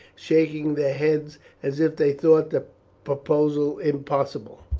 shaking their heads as if they thought the proposal impossible.